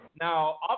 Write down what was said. Now